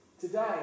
Today